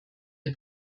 der